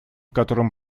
котором